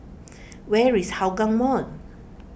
where is Hougang Mall